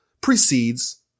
precedes